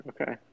Okay